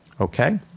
Okay